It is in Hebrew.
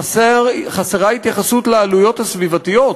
חסרה התייחסות לעלויות הסביבתיות.